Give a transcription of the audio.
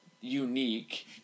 unique